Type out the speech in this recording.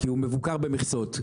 כי הוא מבוקר במכסות.